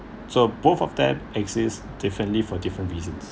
so both of them exist differently for different reasons